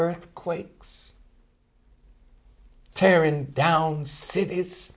earthquakes tearing down cities